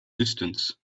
distance